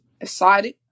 excited